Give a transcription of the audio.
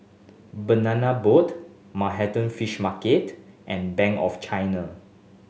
Banana Boat Manhattan Fish Market and Bank of China